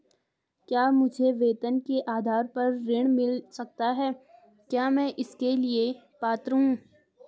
क्या मुझे वेतन के आधार पर ऋण मिल सकता है क्या मैं इसके लिए पात्र हूँ?